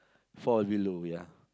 fall below ya